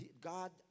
God